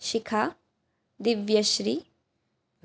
शिखा दिव्यश्रीः